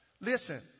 listen